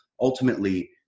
ultimately